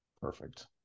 Perfect